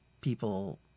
people